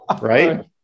right